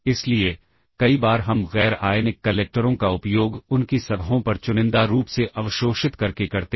तो आप इस स्टैक का उपयोग किसी सबरूटीन में डेटा पास करने के लिए भी कर सकते हैं